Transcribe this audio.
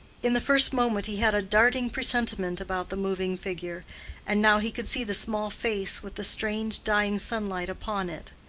in the first moment he had a darting presentiment about the moving figure and now he could see the small face with the strange dying sunlight upon it.